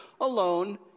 alone